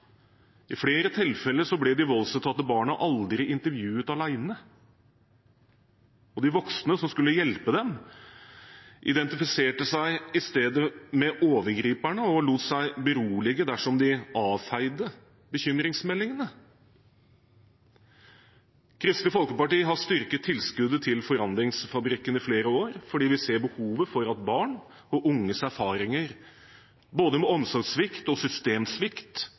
I flere tilfeller ble de voldsutsatte barna aldri intervjuet alene, og de voksne som skulle hjelpe dem, identifiserte seg i stedet med overgriperne og lot seg berolige dersom de avfeide bekymringsmeldingene. Kristelig Folkeparti har styrket tilskuddet til Forandringsfabrikken i flere år fordi vi ser behovet for at barn og unges erfaringer både ved omsorgssvikt og ved systemsvikt